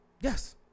Yes